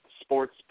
sports